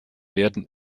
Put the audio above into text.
werden